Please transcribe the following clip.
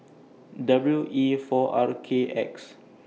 W E four R K X